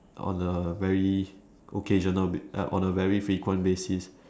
on a very occasional ba~ uh on a very frequent basis